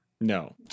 No